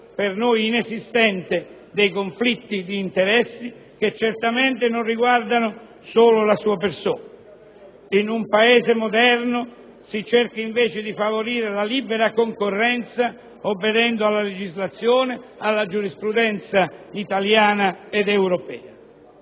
per noi inesistente, dei conflitti di interesse che certamente non riguardano solo la sua persona. In un Paese moderno si cerca invece di favorire la libera concorrenza obbedendo alla legislazione, alla giurisprudenza italiana ed europea.